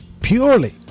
purely